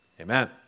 amen